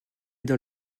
dans